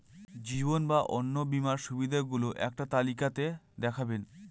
জীবন বা অন্ন বীমার সুবিধে গুলো একটি তালিকা তে দেখাবেন?